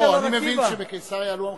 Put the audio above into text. אני מבין שבקיסריה עלו המחירים,